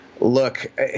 Look